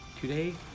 Today